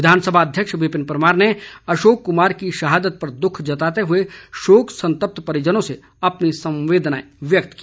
विधानसभा अध्यक्ष विपिन परमार ने अशोक कुमार की शहादत पर दुख जताते हुए शोक संतप्त परिजनों से अपनी संवेदनाएं व्यक्त की